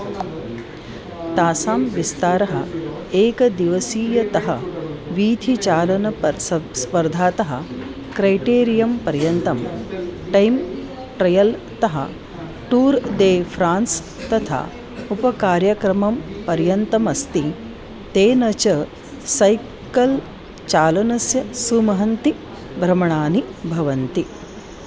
तासां विस्तारः एकदिवसीयतः वीथिचालनस्पर्धातः क्रैटेरियं पर्यन्तं टैम् ट्रयल् तः टूर् दे फ़्रान्स् तथा उपकार्यक्रमं पर्यन्तम् अस्ति तेन च सैय्कल् चालनस्य सुमहन्ति भ्रमणानि भवन्ति